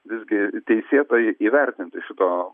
visgi teisėtai įvertinti šito